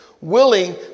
willing